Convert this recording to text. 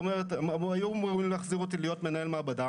היו אמורים להחזיר אותי להיות מנהל מעבדה